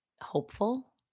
hopeful